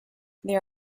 they